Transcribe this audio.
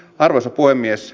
arvoisa puhemies